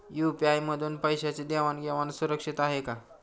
UPI मधून पैशांची देवाण घेवाण सुरक्षित आहे का?